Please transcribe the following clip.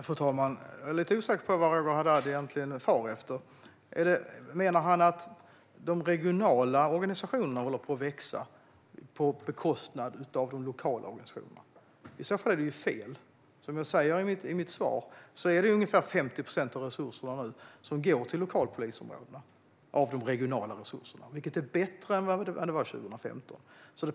Fru talman! Jag är lite osäker på vad Roger Haddad egentligen far efter. Menar han att de regionala organisationerna håller på att växa på bekostnad av de lokala organisationerna? Det är fel. Som jag sa i mitt svar är det ungefär 50 procent av de regionala resurserna som går till lokalpolisområdena. Det är bättre än 2015.